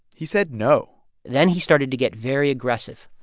he said no then, he started to get very aggressive.